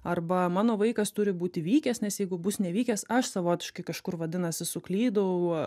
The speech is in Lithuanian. arba mano vaikas turi būti vykęs nes jeigu bus nevykęs aš savotiškai kažkur vadinasi suklydau